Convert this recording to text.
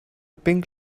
pink